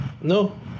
No